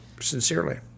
sincerely